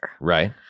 Right